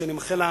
ואני מאחל לה